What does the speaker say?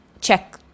check